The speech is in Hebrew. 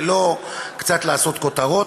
ולא קצת לעשות כותרות,